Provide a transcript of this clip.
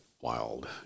wild